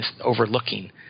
overlooking